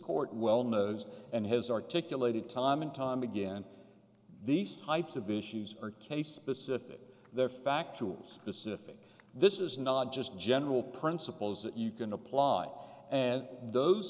court well knows and has articulated time and time again these types of issues are case specific there factual specific this is not just general principles that you can apply and those